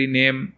name